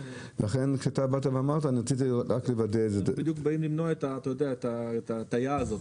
אנחנו בדיוק באים למנוע את ההטיה הזו.